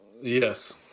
Yes